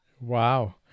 Wow